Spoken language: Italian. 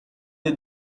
dei